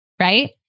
right